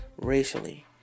racially